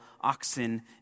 oxen